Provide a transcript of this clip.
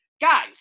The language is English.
guys